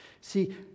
See